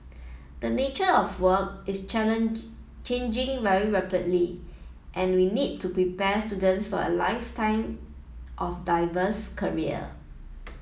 the nature of work is challenge changing very rapidly and we need to prepare students for a lifetime of diverse career